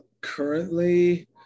currently